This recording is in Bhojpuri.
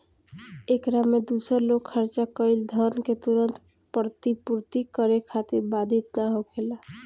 एकरा में दूसर लोग खर्चा कईल धन के तुरंत प्रतिपूर्ति करे खातिर बाधित ना होखेला